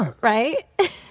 right